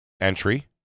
entry